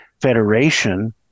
federation